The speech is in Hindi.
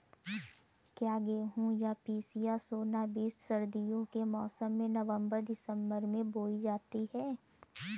क्या गेहूँ या पिसिया सोना बीज सर्दियों के मौसम में नवम्बर दिसम्बर में बोई जाती है?